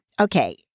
okay